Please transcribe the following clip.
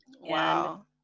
Wow